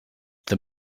the